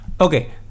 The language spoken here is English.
Okay